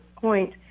point